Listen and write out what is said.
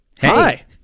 hi